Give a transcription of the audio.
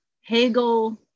Hegel